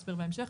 ואסביר בהמשך,